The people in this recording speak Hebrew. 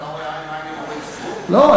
לא,